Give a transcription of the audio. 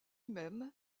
même